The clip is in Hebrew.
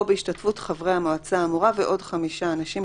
בהשתתפות חברי המועצה האמורה ועוד 5 אנשים,